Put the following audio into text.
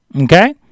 okay